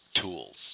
tools